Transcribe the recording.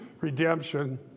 redemption